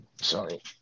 Sorry